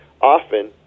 often